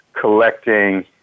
collecting